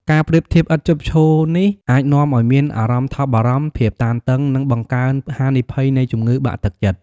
ការប្រៀបធៀបឥតឈប់ឈរនេះអាចនាំឱ្យមានអារម្មណ៍ថប់បារម្ភ ភាពតានតឹង និងបង្កើនហានិភ័យនៃជំងឺបាក់ទឹកចិត្ត។